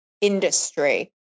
industry